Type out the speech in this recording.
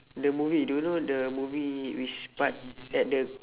the movie do you know the movie which part at the